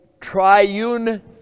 triune